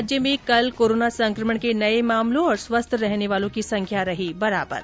राज्य में कल कोरोना संकमण के नए मामलों और स्वस्थ रहने वालों की संख्या रही बराबर